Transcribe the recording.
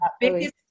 biggest